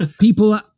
people